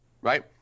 right